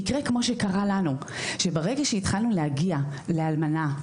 יקרה כמו שקרה לנו, שברגע שהתחלנו להגיע לאלמנה,